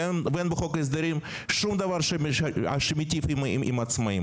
ואין בחוק ההסדרים שום דבר שמיטיב עם עצמאים.